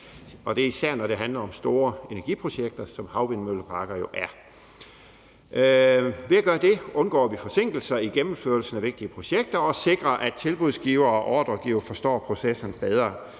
Det er især, når det handler om store energiprojekter, som havvindmølleparker jo er. Ved at gøre det undgår vi forsinkelser i gennemførelsen af vigtige projekter og sikrer, at tilbudsgiver og ordregiver forstår processen bedre,